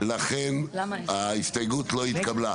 אני באמת מתאפק,